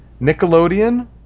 Nickelodeon